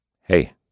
Hey